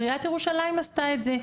עיריית ירושלים עשתה את זה,